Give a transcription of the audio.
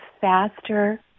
faster